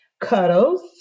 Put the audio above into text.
Cuddles